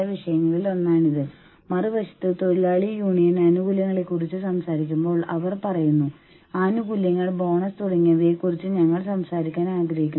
ജീവനക്കാരുടെ ആനുകൂല്യങ്ങളെ കുറിച്ച് സംസാരിച്ചപ്പോൾ നമ്മൾ ഇതിനെക്കുറിച്ച് സംസാരിച്ചു